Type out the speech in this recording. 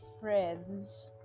friends